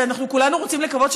ואנחנו כולנו רוצים לקוות,